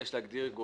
אם אתם רוצים,